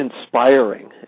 inspiring